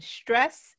stress